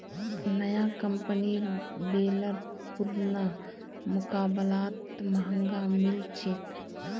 नया कंपनीर बेलर पुरना मुकाबलात महंगा मिल छेक